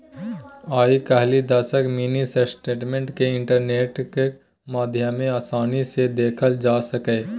आइ काल्हि दसटा mini statement केँ इंटरनेटक माध्यमे आसानी सँ देखल जा सकैए